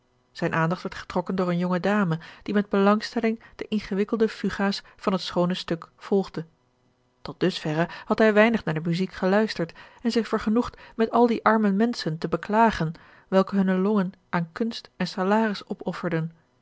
zijne aandacht werd getrokken door eene jonge dame die met belangstelling de ingewikkelde fugaas van het schoone stuk volgde tot dusverre had hij weinig naar de muziek geluisterd en zich vergenoegd met al die arme menschen te beklagen welke hunne longen aan kunst en salaris opofferden